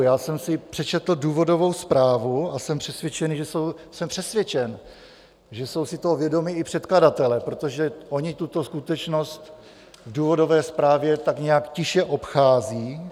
Já jsem si přečetl důvodovou zprávu a jsem přesvědčen, že jsou, jsem přesvědčen, že jsou si toho vědomi i předkladatelé, protože oni tuto skutečnost v důvodové zprávě tak nějak tiše obchází.